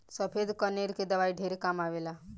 सफ़ेद कनेर के दवाई ढेरे काम आवेल